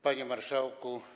Panie Marszałku!